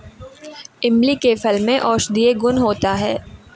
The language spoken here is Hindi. इमली के फल में औषधीय गुण होता है